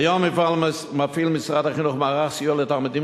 כיום מפעיל משרד החינוך מערך סיוע לתלמידים